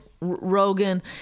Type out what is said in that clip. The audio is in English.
Rogan